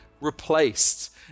replaced